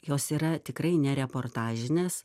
jos yra tikrai ne reportažinės